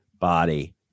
body